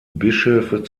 bischöfe